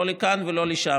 לא לכאן ולא לשם,